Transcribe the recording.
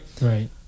Right